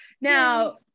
Now